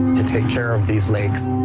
to take care of these lakes.